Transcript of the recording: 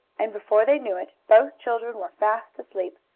and, before they knew it, both children were fast asleep,